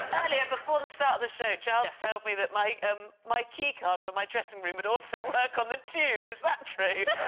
earlier before the start of the show charles told me that my um my key card for my dressing room but also work on the tube, is that true?